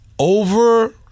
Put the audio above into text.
Over